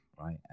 right